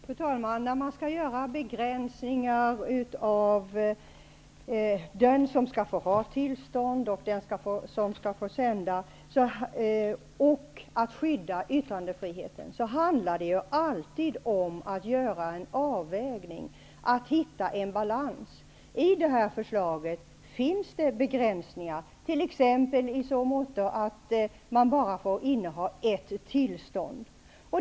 Fru talman! När man skall införa begränsningar i fråga om vilka som skall få tillstånd och samtidigt skydda yttrandefriheten handlar det alltid om att göra en avvägning, att hitta en balans. I det här förslaget finns det begränsningar. Man skall t.ex. bara kunna inneha ett tillstånd.